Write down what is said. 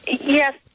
Yes